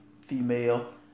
female